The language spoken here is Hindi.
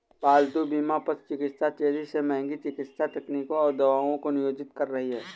पालतू बीमा पशु चिकित्सा तेजी से महंगी चिकित्सा तकनीकों और दवाओं को नियोजित कर रही है